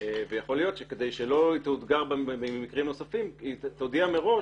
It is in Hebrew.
ויכול להיות שכדי שלא תאותגר במקרים נוספים היא תודיע מראש